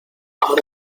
ahora